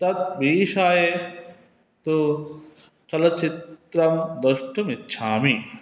तद्विषये तु चलच्चित्रं द्रष्टुम् इच्छामि